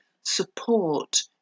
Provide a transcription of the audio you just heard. support